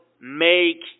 make